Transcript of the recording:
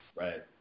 right